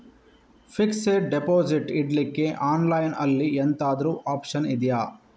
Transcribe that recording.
Fixed deposit ಇಡ್ಲಿಕ್ಕೆ online ಅಲ್ಲಿ ಎಂತಾದ್ರೂ ಒಪ್ಶನ್ ಇದ್ಯಾ?